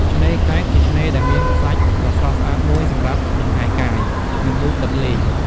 ឆ្នេរកែប ជាឆ្នេរដែលមានខ្សាច់ដ៏ស្រស់ស្អាតមួយសម្រាប់លំហែរកាយ និងងូតទឹកលេង។